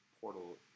portal